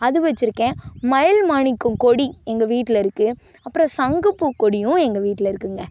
அது வெச்சுருக்கேன் மயில் மாணிக்கம் கொடி எங்கள் வீட்டில் இருக்குது அப்புறம் சங்குப்பூ கொடியும் எங்கள் வீட்டில் இருக்குதுங்க